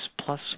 plus